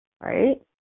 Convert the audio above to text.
Right